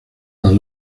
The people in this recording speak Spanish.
las